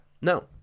No